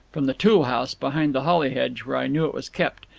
from the tool-house behind the holly hedge where i knew it was kept,